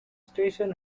station